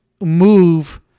move